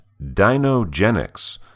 Dinogenics